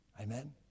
Amen